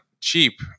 cheap